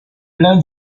pleins